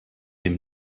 dem